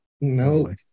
No